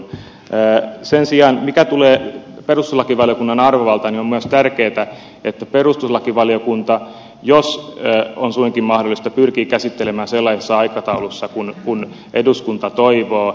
mitä tulee sen sijaan perustuslakivaliokunnan arvovaltaan on myös tärkeätä että perustuslakivaliokunta jos on suinkin mahdollista pyrkii käsittelemään sellaisessa aikataulussa kuin eduskunta toivoo